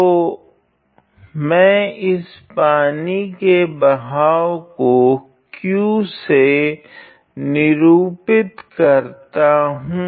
तो मैं इस पानी के बहाव को Q से निरुपित करता हूँ